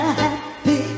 happy